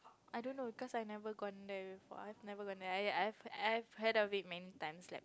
I don't know cause I never gone there before I never go there I I've heard of it many times like